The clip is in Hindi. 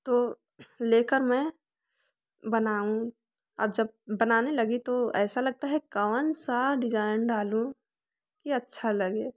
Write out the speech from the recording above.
तो लेकर मैं बनाऊं और जब बनाने लगी तो ऐसा लगता है कौन सा डिजाइन डालूँ कि अच्छा लगे